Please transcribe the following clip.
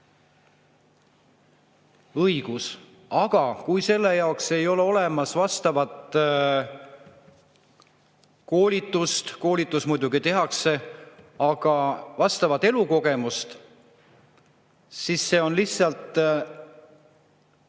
õigus, aga kui selle jaoks ei ole olemas vastavat koolitust – kuigi koolitus muidugi tehakse, aga ei ole elukogemust –, siis see on lihtsalt